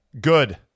good